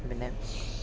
പിന്നെ